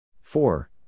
Four